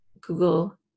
Google